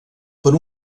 per